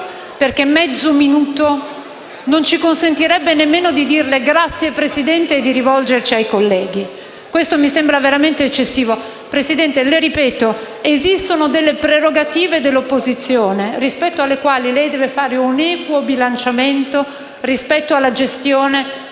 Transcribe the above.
perché mezzo minuto non ci consentirebbe nemmeno di dirle "grazie, Presidente" e di rivolgerci ai colleghi. Questo mi sembra veramente eccessivo. Signor Presidente, le ripeto, esistono delle prerogative dell'opposizione rispetto alle quali lei deve fare un equo bilanciamento nella gestione